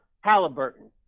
Halliburton